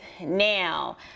now